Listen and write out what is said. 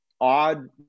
odd